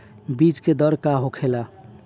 बीज के दर का होखेला?